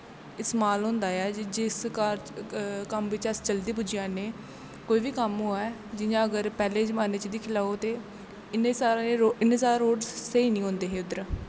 इस्तेमाल होंदा ऐ जिस कम्म बिच्च अस जल्दी पुज्जी जन्ने कोई बी कम्म होऐ जियां अगर पैह्ले जमाने दिक्खी लैओ ते इन्ने सारे रोड़ स्हेई नी होंदे ऐहे उध्दर